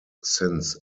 since